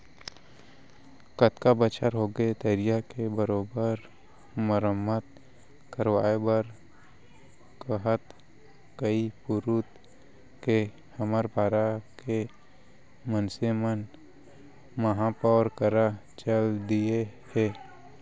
कतका बछर होगे तरिया के बरोबर मरम्मत करवाय बर कहत कई पुरूत के हमर पारा के मनसे मन महापौर करा चल दिये हें